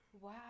wow